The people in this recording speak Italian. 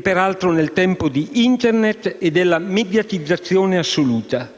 peraltro nel tempo di Internet e della mediatizzazione assoluta,